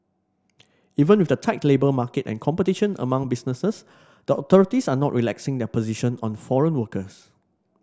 even with the tight labour market and competition among businesses the authorities are not relaxing their position on foreign workers